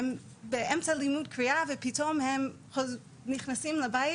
באמצע לימוד קריאה, פתאום הם נכנסים לבית